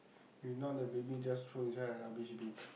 if not the baby just throw inside the rubbish bin